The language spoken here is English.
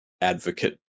advocate